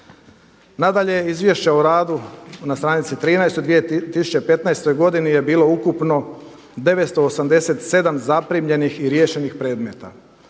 Nadalje, Izvješće o radu na stranici 13. u 2015. godini je bilo ukupno 987 zaprimljenih i riješenih predmeta.